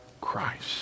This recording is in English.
Christ